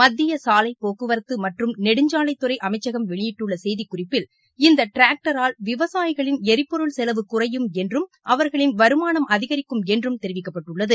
மத்திய சாலை போக்குவரத்து மற்றும் நெடுஞ்சாலைத்துறை அமைச்சகம் வெளியிட்டுள்ள செய்திக்குறிப்பில் இந்த டிராக்டரால் விவசாயிகளின் எரிபொருள் செலவு குறையும் என்றும் அவர்களின் வருமானம் அதிகரிக்கும் என்றும் தெரிவிக்கப்பட்டுள்ளது